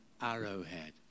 arrowhead